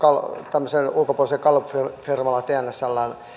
tämmöisellä ulkopuolisella gallupfirmalla tnsllä niin